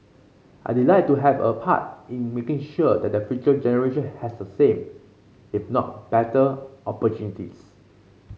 I'd like to have a part in making sure that the future generation has the same if not better opportunities